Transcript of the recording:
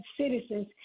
citizens